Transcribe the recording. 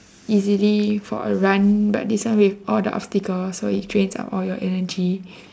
easily for a run but this one with all the obstacle so it drains out all your energy